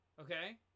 Okay